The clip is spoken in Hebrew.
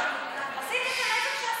עשית את הנזק שעשית.